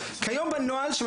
כיום בנוהל כתוב שחייבים,